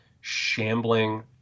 shambling